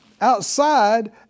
outside